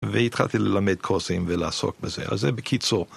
והתחלתי ללמד קורסים ולעסוק בזה, אז זה בקיצור.